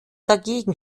dagegen